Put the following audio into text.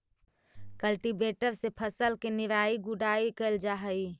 cultivator से फसल के निराई गुडाई कैल जा हई